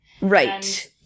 Right